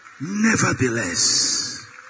Nevertheless